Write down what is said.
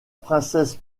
princesse